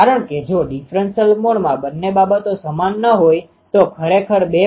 તેથી આપણે કહી શકીએ કે આ i મુ રેડિએટર આ દિશામાં છે અને તેથી ક્ષેત્ર બિંદુ P અહીં છે